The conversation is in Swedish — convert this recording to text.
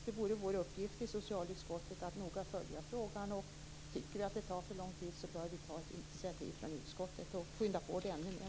Det är vår uppgift i socialutskottet att noga följa frågan. Om det tar för lång tid bör utskottet ta ett initiativ att skynda på arbetet mer.